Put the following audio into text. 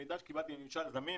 ממידע שקיבלתי מממשל זמין,